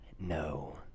No